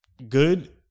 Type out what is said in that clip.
Good